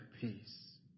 peace